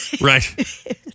Right